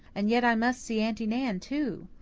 and yet i must see aunty nan, too.